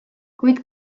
kuid